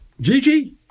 Gigi